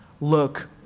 look